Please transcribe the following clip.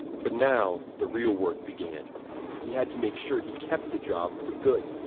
but now, the real work began he had to make sure he kept the job for good.